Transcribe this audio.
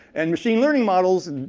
and machine learning models,